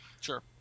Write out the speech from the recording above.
Sure